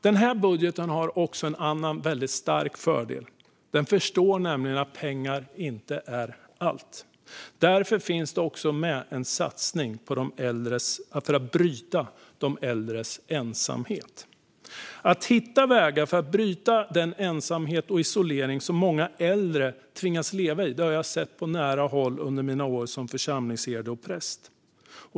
Den här budgeten har också en annan väldigt stark fördel. Vi förstår nämligen att pengar inte är allt. Därför finns det också med en satsning på att bryta de äldres ensamhet. Det handlar om att hitta vägar för att bryta den ensamhet och isolering som många äldre tvingas leva i. Det har jag sett på nära håll under mina år som församlingsherde och präst.